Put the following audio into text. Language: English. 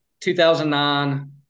2009